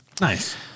Nice